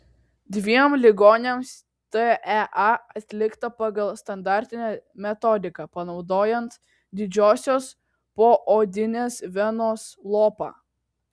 dviem ligoniams tea atlikta pagal standartinę metodiką panaudojant didžiosios poodinės venos lopą